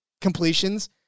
completions